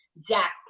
Zach